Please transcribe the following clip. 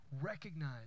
recognize